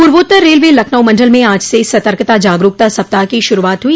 पूर्वोत्तर रेलवे लखनऊ मंडल में आज से सतर्कता जागरूकता सप्ताह की शुरूआत हुई